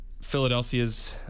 Philadelphia's